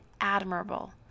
admirable